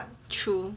true